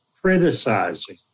criticizing